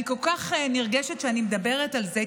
אני כל כך נרגשת כשאני מדברת על זה,